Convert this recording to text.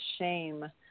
shame